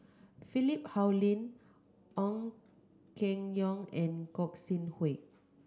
Philip Hoalim Ong Keng Yong and Gog Sing Hooi